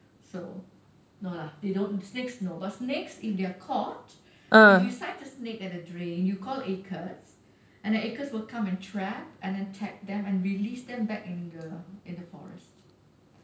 so no lah they don't snakes no but snakes if they are caught if you sight a snake at the drain you call ACRES and then ACRES will come and trap and tag them and release them back into the forest